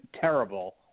terrible